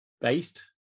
based